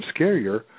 scarier